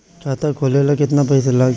खाता खोले ला केतना पइसा लागी?